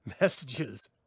messages